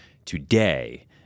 Today